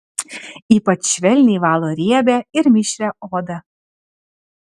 ypač švelniai valo riebią ir mišrią odą